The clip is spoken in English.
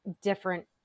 different